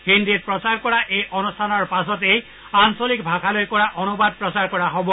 হিন্দীত প্ৰচাৰ কৰা এই অনুষ্ঠানৰ পাছতেই আঞ্চলিক ভাষালৈ কৰা অনুবাদ প্ৰচাৰ কৰা হ'ব